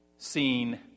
seen